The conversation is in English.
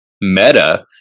Meta